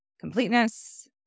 completeness